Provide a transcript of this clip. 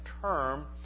term